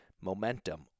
momentum